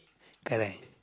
correct